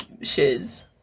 shiz